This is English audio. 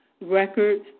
records